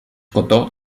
cotó